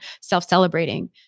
self-celebrating